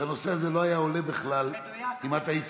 שהנושא הזה לא היה עולה בכלל אם את היית